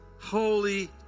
holy